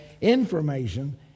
Information